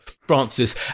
Francis